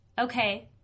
Okay